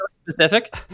Specific